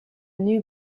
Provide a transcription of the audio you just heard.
new